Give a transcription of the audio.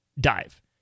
dive